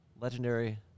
legendary